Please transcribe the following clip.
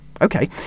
Okay